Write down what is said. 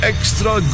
Extra